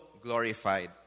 glorified